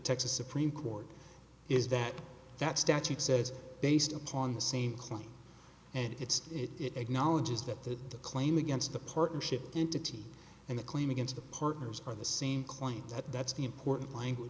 texas supreme court is that that statute says based upon the same claim and it's it acknowledges that the claim against the partnership entity and the claim against the partners are the same claims that that's the important language